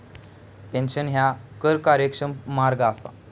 pension ह्या कर कार्यक्षम मार्ग असा